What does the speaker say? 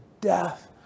death